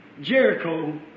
Jericho